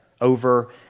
over